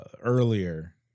earlier